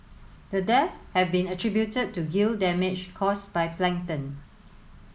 the deaths have been attributed to gill damage caused by plankton